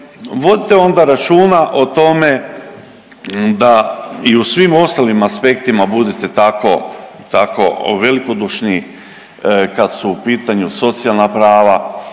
vodite onda računa o tome da i u svim ostalim aspektima budete tako, tako velikodušni kad su u pitanju socijalna prava,